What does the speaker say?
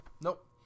Nope